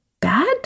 bad